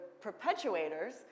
perpetuators